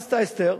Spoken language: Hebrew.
מה עשתה אסתר?